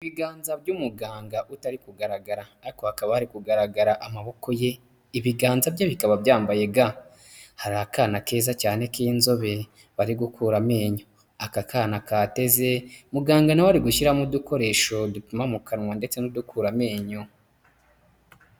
Ibiganza by'umuganga utari kugaragara ariko hakaba hari kugaragara amaboko ye, ibiganza bye bikaba byambaye ga. Hari akana keza cyane k'inzobe bari gukura amenyo. Aka kana kateze muganga na we ari gushyiramo udukoresho dupima mu kanwa ndetse n'udukura amenyo.